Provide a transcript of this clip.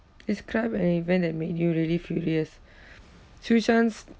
describe an event that made you really furious